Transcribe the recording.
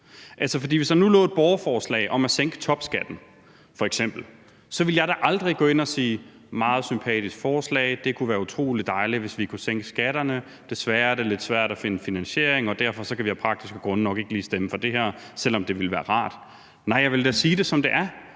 hvis der nu lå et borgerforslag om at sænke topskatten f.eks., ville jeg da aldrig gå ind og sige: Meget sympatisk forslag, det kunne være utrolig dejligt, hvis vi kunne sænke skatterne; desværre er det lidt svært at finde finansiering, og derfor kan vi af praktiske grunde nok ikke lige stemme for det her, selv om det ville være rart. Nej, jeg ville da sige det, som det er: